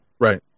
Right